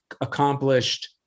accomplished